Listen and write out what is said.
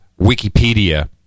Wikipedia